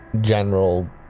general